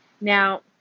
Now